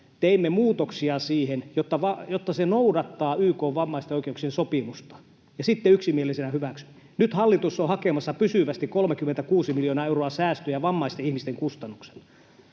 teimme muutoksia siihen, jotta se noudattaa YK:n vammaisten oikeuksien sopimusta. Sitten yksimielisinä hyväksyimme. Nyt hallitus on hakemassa pysyvästi 36 miljoonaa euroa säästöjä vammaisten ihmisten kustannuksella.